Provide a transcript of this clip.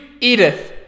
Edith